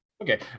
Okay